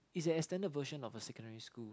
is an extended version of a secondary school